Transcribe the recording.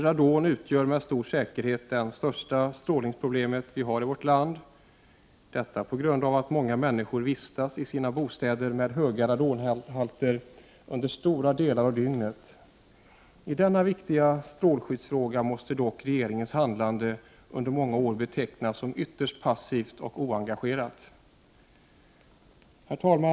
Radonet utgör med stor säkerhet det största strålningsproblem vi har i vårt land — detta på grund av att många människor vistas i sina bostäder med höga radonhalter under en stor del av dygnet. I denna viktiga strålskyddsfråga måste dock regeringens handlande under många år betecknas som ytterst passivt och oengagerat. Herr talman!